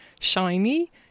shiny